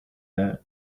that